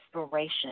inspiration